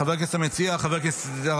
חבר הכנסת המציע,